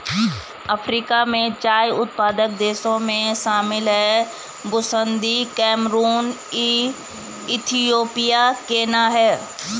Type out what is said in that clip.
Africa में चाय उत्पादक देशों में शामिल हैं बुसन्दी कैमरून इथियोपिया केन्या है